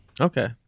Okay